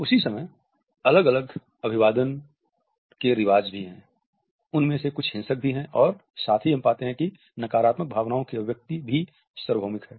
उसी समय अलग अलग अभिवादन के रिवाज हैं उनमें से कुछ हिंसक भी हैं और साथ ही हम पाते हैं कि नकारात्मक भावनाओं की अभिव्यक्ति भी सार्वभौमिक है